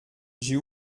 j’ai